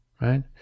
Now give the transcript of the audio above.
right